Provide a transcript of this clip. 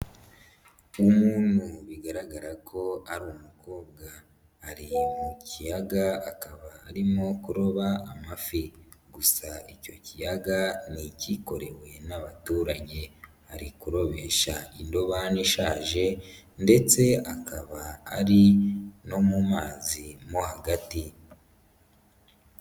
Umuntu bigaragara ko ari umukobwa. Ari mu kiyaga akaba arimo kuroba amafi. Gusa icyo kiyaga ni ikikorewe n'abaturage. Ari kurobesha indobani ishaje ndetse akaba ari no mu mazi mo hagati.